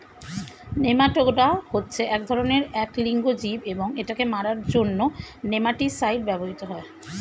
nematoda হচ্ছে এক ধরণের এক লিঙ্গ জীব এবং এটাকে মারার জন্য নেমাটিসাইড ব্যবহৃত হয়